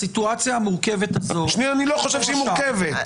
בסיטואציה המורכבת הזאת של הורשה --- אני לא חושב שהיא מורכבת.